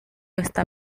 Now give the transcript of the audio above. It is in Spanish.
esta